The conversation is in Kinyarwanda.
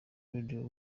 radio